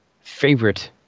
favorite